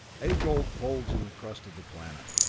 age-old folds in the crust of the planet,